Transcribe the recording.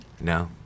no